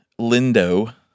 Lindo